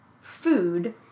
food